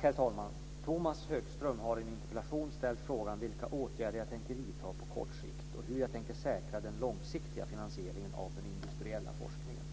Herr talman! Tomas Högström har i en interpellation ställt frågan vilka åtgärder jag tänker vidta på kort sikt och hur jag tänker säkra den långsiktiga finansieringen av den industriella forskningen.